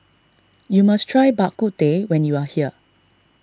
you must try Bak Kut Teh when you are here